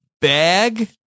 bag